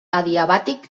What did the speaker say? adiabàtic